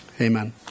Amen